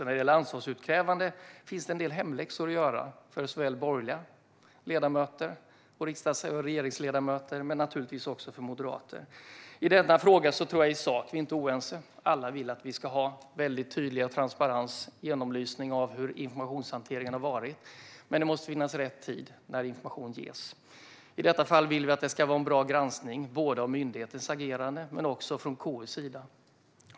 När det gäller ansvarsutkrävande finns det alltså en del hemläxor att göra för borgerliga riksdagsledamöter och tidigare regeringsmedlemmar - naturligtvis även moderater. I denna fråga tror jag inte att vi är oense i sak. Alla vill att vi ha ska tydlighet, transparens och genomlysning av hur informationshanteringen har varit. Men informationen måste ges i rätt tid. I detta fall vill vi att det ska vara en bra granskning, både av myndighetens agerande och från KU:s sida.